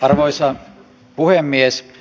arvoisa puhemies